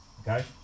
Okay